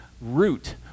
root